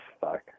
Fuck